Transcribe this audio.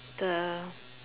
the